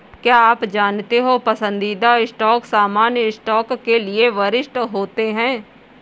क्या आप जानते हो पसंदीदा स्टॉक सामान्य स्टॉक के लिए वरिष्ठ होते हैं?